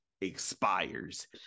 expires